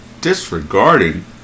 disregarding